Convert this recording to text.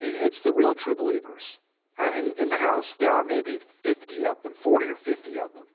it's the real true believers and in in the house there are maybe fifty of them forty or fifty of them